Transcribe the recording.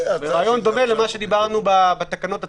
זה רעיון דומה למה שדיברנו בתקנות עצמן.